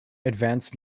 advanced